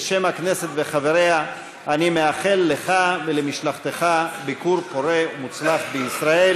בשם הכנסת וחבריה אני מאחל לך ולמשלחתך ביקור פורה ומוצלח בישראל.